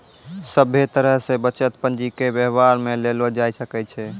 सभे तरह से बचत पंजीके वेवहार मे लेलो जाय सकै छै